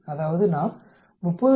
அதாவது நாம் 30